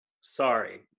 Sorry